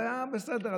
והיה בסדר,